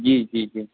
जी जी जी